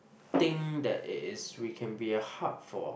thing that it is we can be a hub for